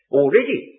already